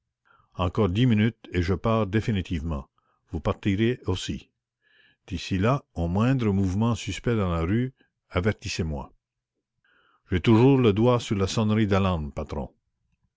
encore dix minutes et je pars définitivement d'ici là au moindre mouvement suspect dans la rue avertissez moi j'ai toujours le doigt sur la sonnerie d'alarme patron